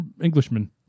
Englishman